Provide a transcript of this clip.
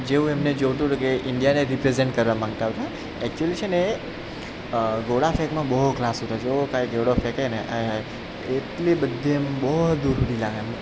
જેવુ એમને જોઈતુ હતું કે ઈન્ડિયાને રિપ્રેજન્ટ કરવા માગતા હતા એક્ચુલી છે ને ગોળા ફેંકમાં બહુ ક્લાસ હતા છે એવો ફાઈન ગોળો ફેેંકે ને આય હાય એટલી બધી એમ બહુ દૂર સુધી જાય એમ